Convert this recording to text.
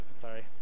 Sorry